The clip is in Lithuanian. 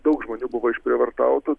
daug žmonių buvo išprievartautų